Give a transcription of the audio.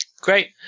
Great